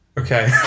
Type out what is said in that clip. Okay